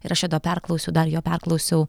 ir aš jo dar perklausiu dar jo perklausiau